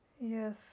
Yes